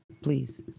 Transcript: Please